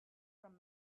from